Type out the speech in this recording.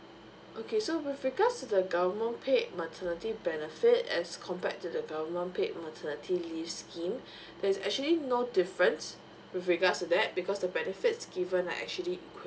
okay with regards to the government paid maternity benefit as compared to the government paid maternity leave scheme there's actually no difference with regards to that because the benefits given are actually